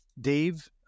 Dave